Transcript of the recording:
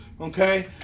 okay